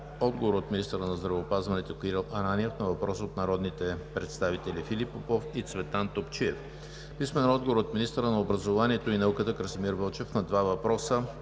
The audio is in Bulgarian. Мирчев; - министъра на здравеопазването Кирил Ананиев на въпрос от народните представители Филип Попов и Цветан Топчиев; - министъра на образованието и науката Красимир Вълчев на два въпроса